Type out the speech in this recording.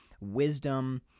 wisdom